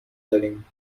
داریم